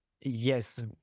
Yes